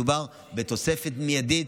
מדובר בתוספת מיידית.